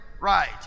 Right